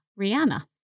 Rihanna